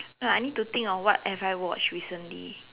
no I need to think of what have I watched recently